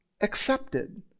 accepted